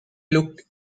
looked